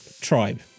tribe